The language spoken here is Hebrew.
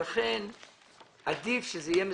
ולכן עדיף שזה יהיה מסודר.